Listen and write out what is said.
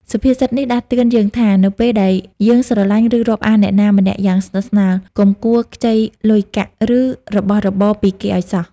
សុភាសិតនេះដាស់តឿនយើងថា នៅពេលដែលយើងស្រឡាញ់ ឬរាប់អានអ្នកណាម្នាក់យ៉ាងស្និទ្ធស្នាល កុំគួរខ្ចីលុយកាក់ ឬរបស់របរពីគេឲ្យសោះ។